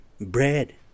bread